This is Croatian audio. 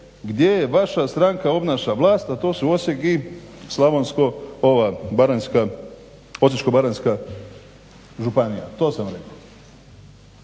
gdje vaša stranka obnaša vlast a to su Osijek i Osječko-baranjska županija. To sam rekao.